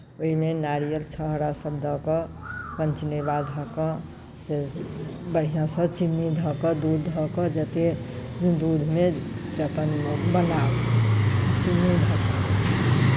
ओहिमे नारियल छहोरा सभ दऽ कऽ पञ्चमेवा धऽ कऽ से बढ़िआँसँ चिन्नी धऽ कऽ दूध धऽ कऽ जतेक दूधमे से अपन बनाउ चिन्नी